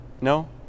No